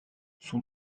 son